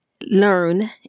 learn